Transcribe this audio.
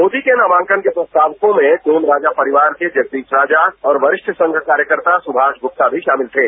मोदी के नामांकन के प्रस्तावको में डोम राजा परिवार के जगदीश राजा और वरिष्ठ संघ कार्यकर्ता सुभाष गुप्ता भी शामिल थे